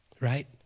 right